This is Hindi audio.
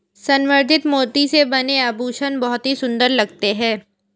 संवर्धित मोती से बने आभूषण बहुत ही सुंदर लगते हैं